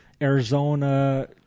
Arizona